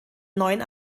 neun